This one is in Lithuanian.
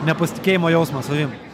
nepasitikėjimo jausmą savim